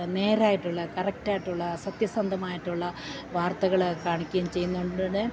നേരായിട്ടുള്ള കറക്റ്റായിട്ടുള്ള സത്യസന്ധമായിട്ടുള്ള വാർത്തകൾ കാണിക്കുകയും ചെയ്യുന്നുണ്ടെന്ന്